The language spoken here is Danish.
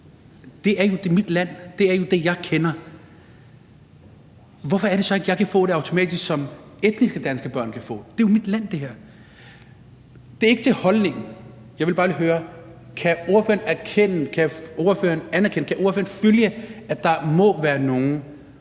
Det er jo mit land. Det er jo det, jeg kender. Hvorfor er det så, at jeg ikke automatisk kan få det, som etnisk danske børn kan få? Det her er jo mit land. Jeg spørger ikke til holdningen; jeg vil bare lige høre, om ordføreren kan anerkende og kan følge, at der må være nogle